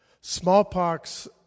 smallpox